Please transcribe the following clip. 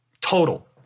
Total